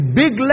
big